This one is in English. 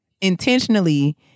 intentionally